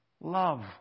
Love